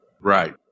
Right